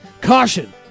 Caution